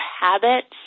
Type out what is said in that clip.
habits